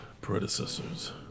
predecessors